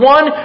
One